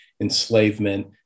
enslavement